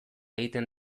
egiten